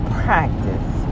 practice